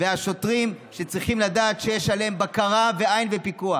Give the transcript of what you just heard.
והשוטרים צריכים לדעת שיש עליהם בקרה ועין ופיקוח.